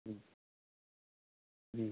जी जी